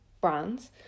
brands